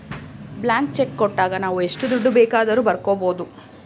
blank cheque ಕೊಟ್ಟಾಗ ನಾವು ಎಷ್ಟು ದುಡ್ಡು ಬೇಕಾದರೂ ಬರ್ಕೊ ಬೋದು